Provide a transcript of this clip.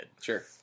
Sure